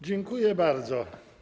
Dziękuję bardzo.